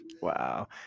Wow